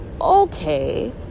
Okay